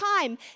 time